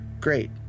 Great